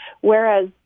whereas